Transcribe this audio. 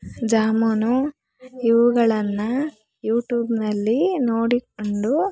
ಜಾಮೂನು ಇವುಗಳನ್ನು ಯೂಟ್ಯೂಬ್ನಲ್ಲಿ ನೋಡಿಕೊಂಡು